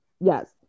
Yes